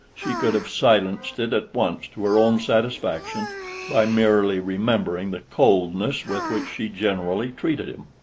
she could have silenced it at once to her own satisfaction by merely remembering the coldness with which she generally treated him.